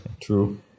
True